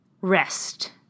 rest